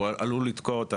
אפשר לפתור את הבעיה הזאת.